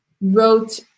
wrote